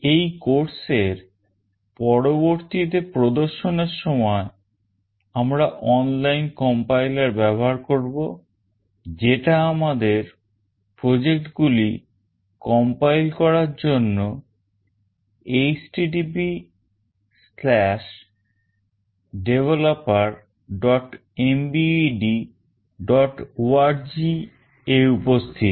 এই কোর্সের পরবর্তীতে প্রদর্শনের সময় আমরা online compiler ব্যবহার করব যেটা আমাদের project গুলি compile করার জন্য httpdevelopermbedorg এ উপস্থিত